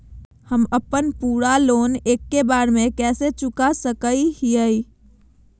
हम अपन पूरा लोन एके बार में कैसे चुका सकई हियई?